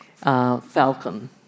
Falcon